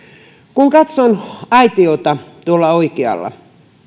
kun katson aitiota tuolla oikealla